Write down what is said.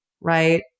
right